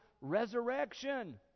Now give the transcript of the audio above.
resurrection